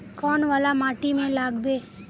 कौन वाला माटी में लागबे?